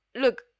look